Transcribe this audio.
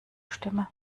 stimme